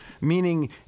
Meaning